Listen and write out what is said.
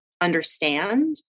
understand